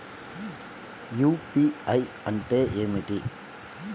UPI అంటే ఏమిటి?